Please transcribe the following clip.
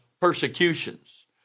persecutions